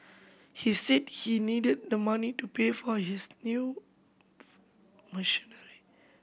he said he needed the money to pay for his new machinery